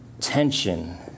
tension